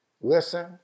listen